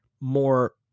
more